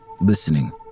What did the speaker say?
listening